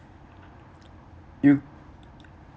you